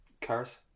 Cars